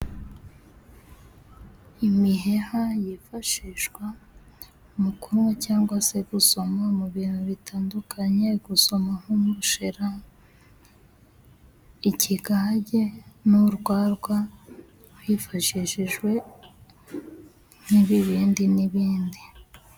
Imiheha yifashishwa mu kunywa ,cyangwa se gusoma mu bintu bitandukanye, gusoma nk'ubushera, ikigage n'urwagwa, hifashishijwe n'ibibindi n'ibindi.